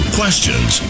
questions